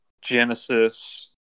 Genesis